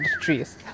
trees